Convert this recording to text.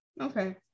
Okay